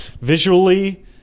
Visually